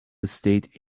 estate